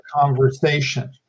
conversation